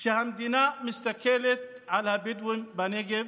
שהמדינה מסתכלת על הבדואים בנגב,